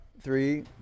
three